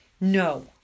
No